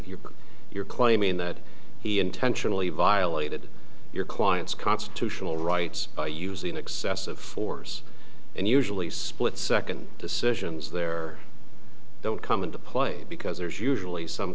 you're you're claiming that he intentionally violated your client's constitutional rights by using excessive force and usually split second decisions there don't come into play because there's usually some